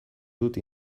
dut